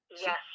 Yes